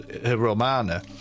Romana